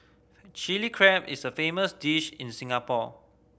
Chilli Crab is a famous dish in Singapore